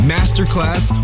Masterclass